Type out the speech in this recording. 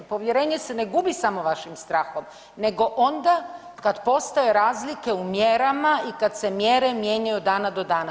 Povjerenje se ne gubi samo vašim strahom, nego onda kada postoje razlike u mjerama i kada se mjere mijenjaju od dana do dana.